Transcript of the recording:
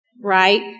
right